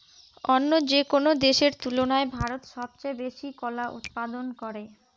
অন্য যেকোনো দেশের তুলনায় ভারত সবচেয়ে বেশি কলা উৎপাদন করে